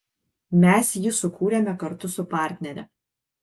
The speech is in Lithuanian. mes jį sukūrėme kartu su partnere